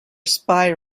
spy